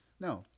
No